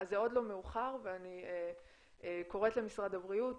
אז זה עוד לא מאוחר ואני קוראת למשרד הבריאות